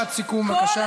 משפט סיכום, בבקשה.